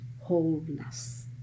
wholeness